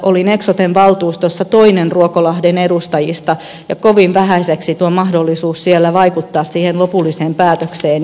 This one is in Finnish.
olin eksoten valtuustossa toinen ruokolahden edustajista ja kovin vähäiseksi tuo mahdollisuus siellä vaikuttaa siihen lopulliseen päätökseen jäi